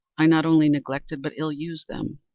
i not only neglected, but ill-used them.